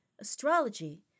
astrology